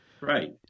Right